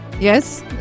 yes